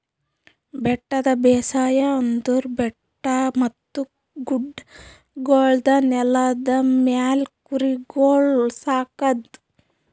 ಬೆಟ್ಟದ ಬೇಸಾಯ ಅಂದುರ್ ಬೆಟ್ಟ ಮತ್ತ ಗುಡ್ಡಗೊಳ್ದ ನೆಲದ ಮ್ಯಾಲ್ ಕುರಿಗೊಳ್ ಸಾಕದ್